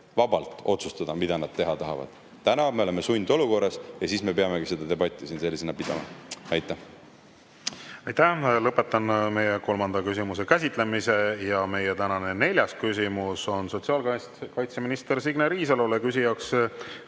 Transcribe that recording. vabalt otsustada, mida nad teha tahavad. Täna me oleme sundolukorras ja siis me peamegi debatti siin sellisena pidama. Aitäh! Lõpetan meie kolmanda küsimuse käsitlemise. Meie tänane neljas küsimus on sotsiaalkaitseminister Signe Riisalole. Küsija